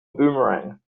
boomerang